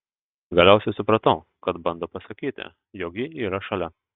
galiausiai supratau kad bando pasakyti jog ji yra šalia